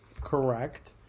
Correct